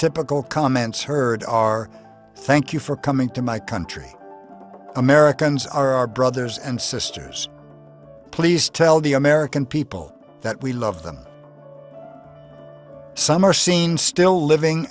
typical comments heard our thank you for coming to my country americans are our brothers and sisters please tell the american people that we love them some are seen still living